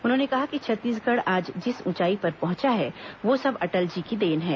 उन्होंने कहा कि छत्तीसगढ़ आज जिस ऊंचाई पर पहुंचा है वह सब अटल जी की देन है